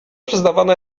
przyznawana